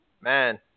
man